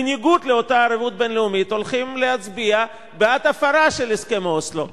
בניגוד לאותה ערבות בין-לאומית הולכות להצביע בעד הפרה של הסכם אוסלו.